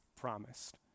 promised